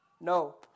No